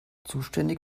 zuständig